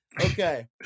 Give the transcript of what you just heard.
Okay